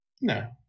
No